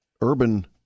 Urban